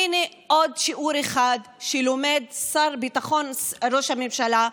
הינה עוד שיעור אחד שלומד שר הביטחון של ראש הממשלה,